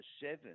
seven